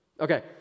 Okay